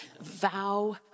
vow